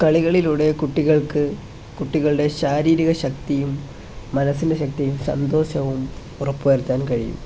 കളികളിലൂടെ കുട്ടികൾക്ക് കുട്ടികളുടെ ശാരീരിക ശക്തിയും മനസ്സിൻ്റെ ശക്തിയും സന്തോഷവും ഉറപ്പുവരുത്താൻ കഴിയും